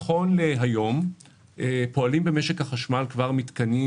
נכון להיום פועלים כבר במשק החשמל מתקנים